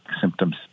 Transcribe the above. symptoms